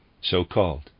So-called